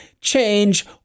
change